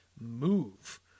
move